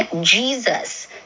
jesus